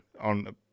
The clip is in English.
on